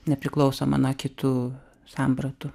nepriklausomą nuo kitų sampratų